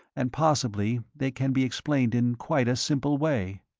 and possibly they can be explained in quite a simple way.